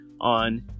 on